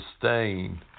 sustain